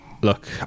look